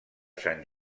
sant